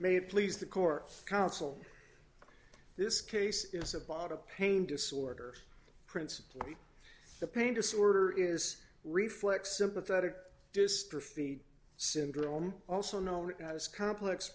it please the court counsel this case is about a pain disorder principally the pain disorder is reflex sympathetic dystrophy syndrome also known as complex